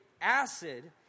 acid